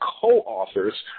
co-authors